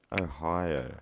Ohio